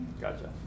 Gotcha